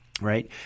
right